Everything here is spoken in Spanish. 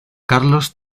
carlos